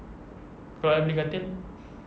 kalau I beli katil